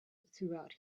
throughout